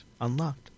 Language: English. unlocked